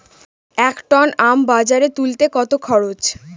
এক টন আম বাজারে তুলতে কত খরচ?